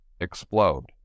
explode